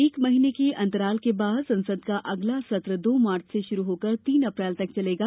एक महीने के अंतराल के बाद संसद का अगला सत्र दो मार्च से शुरू होकर तीन अप्रैल तक चलेगा